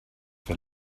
for